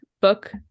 book